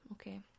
okay